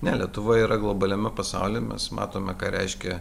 ne lietuva yra globaliame pasaulyje mes matome ką reiškia